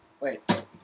Wait